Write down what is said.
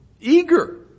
eager